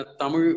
Tamu